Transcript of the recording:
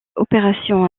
opération